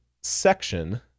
section